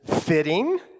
fitting